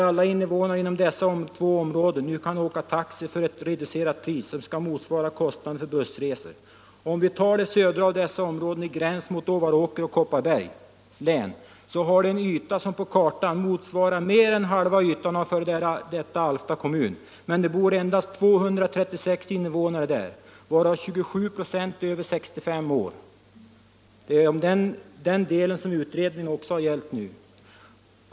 Alla innevånare inom dessa två områden kan nu åka taxi för ett reducerat pris, som skall motsvara kostnaderna för bussresor. Det södra av dessa områden i gräns mot Ovanåker och Kopparbergs län har en yta som på kartan motsvarar mer än halva ytan av f.d. Alfta kommun, men där det bor endast 236 innevånare varav 27 procent är över 65 år. Det är den delen av kommunen som utredningen nu gällt.